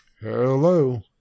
Hello